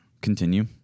continue